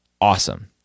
Awesome